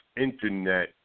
Internet